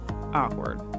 awkward